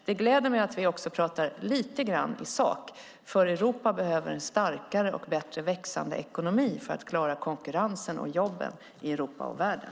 Det gläder mig att vi också pratar lite grann i sak, för Europa behöver en starkare och bättre växande ekonomi för att klara konkurrensen och jobben i Europa och världen.